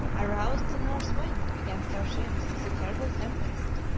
aroused the north wind against our ships with a terrible tempest,